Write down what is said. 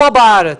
פה בארץ.